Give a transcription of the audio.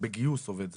בגיוס עובד זר.